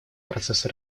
процесса